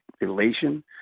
elation